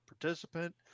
participant